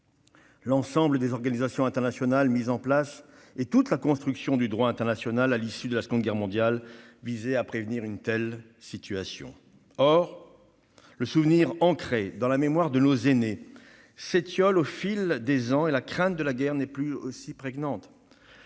L'ensemble des organisations internationales et toute la construction du droit international, mises en place à l'issue de la Seconde Guerre mondiale, visaient à prévenir une telle situation. Or, le souvenir ancré dans la mémoire de nos aînés s'étiole au fil des ans et la crainte de la guerre n'est plus aussi prégnante.